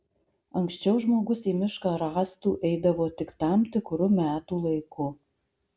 anksčiau žmogus į mišką rąstų eidavo tik tam tikru metų laiku